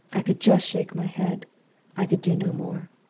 i could just shake my head i could do no more.